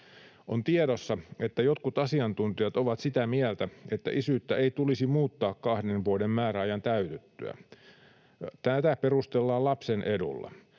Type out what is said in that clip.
On tiedossa, että jotkut asiantuntijat ovat sitä mieltä, että isyyttä ei tulisi muuttaa kahden vuoden määräajan täytyttyä. Tätä perustellaan lapsen edulla.